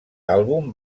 àlbum